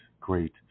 great